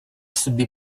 собі